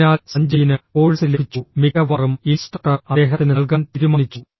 അതിനാൽ സഞ്ജയിന് കോഴ്സ് ലഭിച്ചു മിക്കവാറും ഇൻസ്ട്രക്ടർ അദ്ദേഹത്തിന് നൽകാൻ തീരുമാനിച്ചു